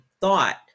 thought